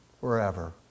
forever